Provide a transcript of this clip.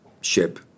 ship